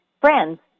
friends